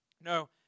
No